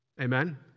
Amen